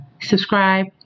subscribe